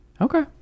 okay